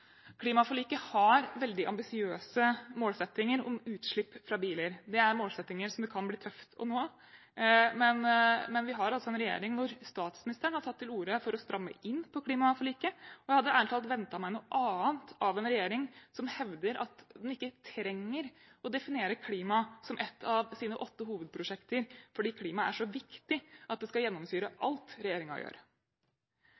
Klimaforliket har veldig ambisiøse målsettinger om utslipp fra biler. Det er målsettinger som det kan bli tøft å nå, men vi har altså en regjering hvor statsministeren har tatt til orde for å stramme inn på klimaforliket, og jeg hadde ærlig talt ventet meg noe annet av en regjering som hevder at den ikke trenger å definere klima som ett av sine åtte hovedprosjekter, fordi klima er så viktig at det skal